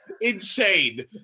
insane